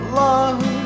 love